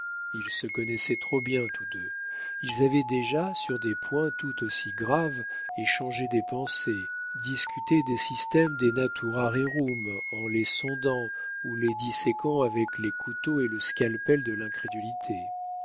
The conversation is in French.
ils se connaissaient trop bien tous deux ils avaient déjà sur des points tout aussi graves échangé des pensées discuté des systèmes de natura rerum en les sondant ou les disséquant avec les couteaux et le scalpel de l'incrédulité